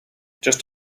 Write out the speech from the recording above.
just